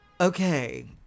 Okay